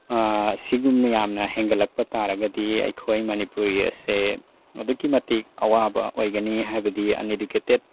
ꯁꯤꯒꯨꯝꯅ ꯌꯥꯝꯅ ꯍꯦꯟꯒꯠꯂꯛꯄ ꯇꯥꯔꯒꯗꯤ ꯑꯩꯈꯣꯏ ꯃꯅꯤꯄꯨꯔꯤ ꯑꯁꯦ ꯑꯗꯨꯛꯀꯤ ꯃꯇꯤꯛ ꯑꯋꯥꯕ ꯑꯣꯏꯒꯅꯤ ꯍꯥꯏꯕꯗꯤ ꯑꯟꯏꯗꯨꯀꯦꯇꯦꯠ